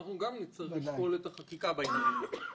לשקול את החקיקה בעניין הזה.